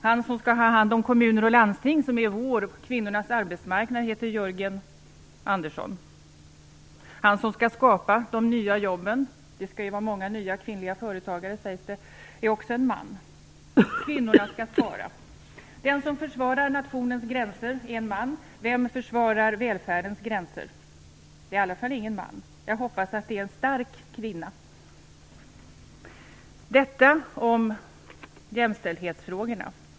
Han som skall ha hand om kommuner och landsting, som är kvinnornas arbetsmarknad, heter Jörgen Andersson. Han som skall skapa de nya jobben - det skall vara många nya kvinnliga företagare, sägs det - är också en man. Kvinnorna skall spara. Den som försvarar nationens gränser är en man. Vem försvarar välfärdens gränser? Det är i alla fall ingen man. Jag hoppas att det är en stark kvinna. Detta var vad jag ville säga om jämställdhetsfrågorna.